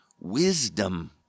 wisdom